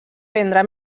vendre